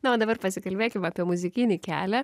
na o dabar pasikalbėkim apie muzikinį kelią